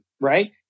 Right